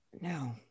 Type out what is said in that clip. No